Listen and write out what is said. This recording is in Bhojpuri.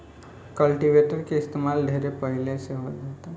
कल्टीवेटर के इस्तमाल ढेरे पहिले से होता